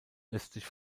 östlich